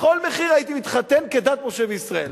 בכל מחיר הייתי מתחתן כדת משה וישראל,